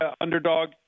underdog